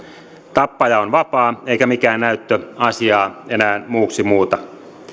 tappaja on vapaa eikä mikään näyttö asiaa enää muuksi muuta